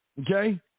Okay